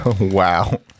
Wow